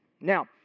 Now